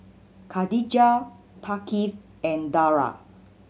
Khadija Thaqif and Dara